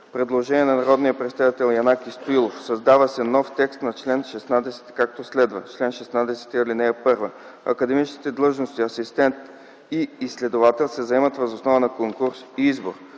предложение на народния представител Янаки Стоилов: Създава се нов текст на чл. 16 както следва: „Чл. 16. (1) Академичните длъжности „асистент” и „изследовател” се заемат въз основа на конкурс и избор.